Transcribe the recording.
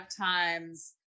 times